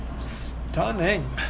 Stunning